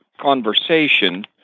conversation